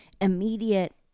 immediate